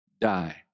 die